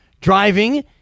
driving